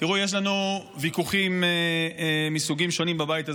תראו, יש לנו ויכוחים מסוגים שונים בבית הזה.